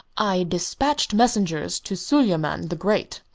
i despatched messengers to suleyman the great,